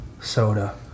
soda